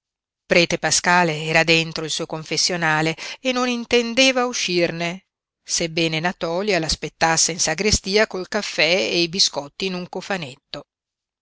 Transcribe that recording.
prete paskale era dentro il suo confessionale e non intendeva uscirne sebbene natòlia l'aspettasse in sagrestia col caffè e i biscotti in un cofanetto